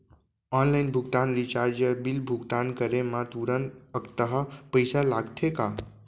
Online recharge या bill भुगतान करे मा तुरंत अक्तहा पइसा लागथे का?